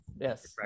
yes